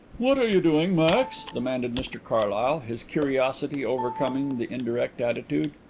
what are you doing, max? demanded mr carlyle, his curiosity overcoming the indirect attitude.